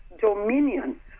dominion